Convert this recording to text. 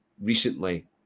recently